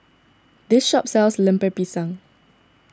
this shop sells Lemper Pisang